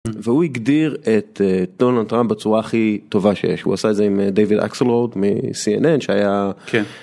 והוא הגדיר את דונאלד טראמפ בצורה הכי טובה שיש הוא עשה את זה עם דיוויד אקסלורד מCNN שהיה.